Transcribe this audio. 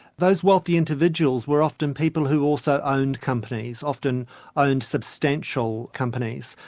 those wealthy individuals were often people who also owned companies, often owned substantial companies.